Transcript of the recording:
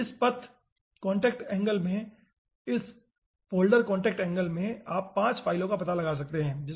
इस पथ contact angle में इस फ़ोल्डर कांटेक्ट एंगल में आप 5 फ़ाइलों का पता लगा सकते हैं ठीक है